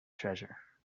treasure